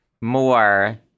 more